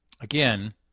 again